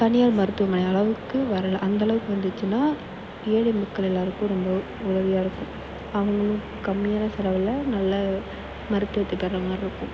தனியார் மருத்துவமனை அளவுக்கு வரலை அந்தளவுக்கு வந்துச்சின்னால் ஏழை மக்கள் எல்லோருக்கும் ரொம்ப உதவியாக இருக்கும் பணம் கம்மியாக செலவில் நல்ல மருத்துவத்தை பெறுற மாதிரி இருக்கும்